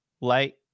Light